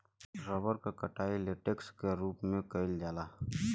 rubber क कटाई latex क रूप में कइल जाला